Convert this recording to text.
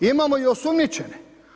Imamo i osumnjičene.